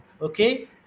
Okay